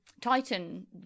titan